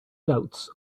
doubts